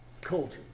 culture